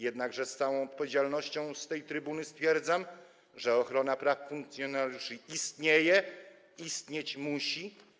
Jednakże z całą odpowiedzialnością z tej trybuny stwierdzam, że ochrona praw funkcjonariuszy istnieje i istnieć musi.